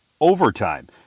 overtime